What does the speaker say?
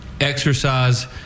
exercise